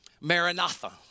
Maranatha